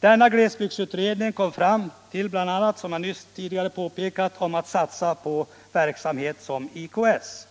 Denna glesbygdsutredning kom bl.a. fram till att man skulle satsa på den verksamhet som jag tidigare talat om, IKS.